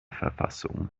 verfassung